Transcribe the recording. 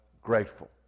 grateful